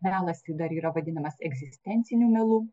melas dar yra vadinamas egzistenciniu melu